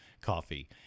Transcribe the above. coffee